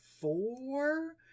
four